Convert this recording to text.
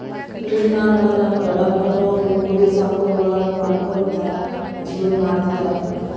ಊರಿನಾಗ ನಮ್ ದೊಡಪ್ಪನೋರು ಕುರಿ ಸಾಕೋ ವ್ಯವಹಾರ ಮಾಡ್ಕ್ಯಂತ ಜೀವನ ಮಾಡ್ತದರ